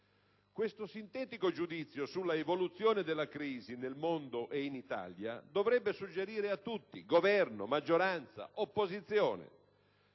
Questo sintetico giudizio sulla evoluzione della crisi in Italia e nel mondo dovrebbe suggerire a tutti, Governo, maggioranza e opposizione,